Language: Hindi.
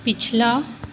पिछला